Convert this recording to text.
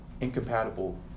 incompatible